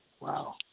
Wow